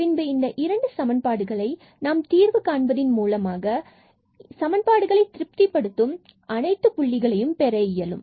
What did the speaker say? பின்பு இந்த இரண்டு சமன்பாடுகளை நாம் தீர்வு காண்பதில் மூலமாக இந்த சமன்பாடுகளை திருப்திப்படுத்தும் அனைத்து புள்ளிகளையும் பெற இயலும்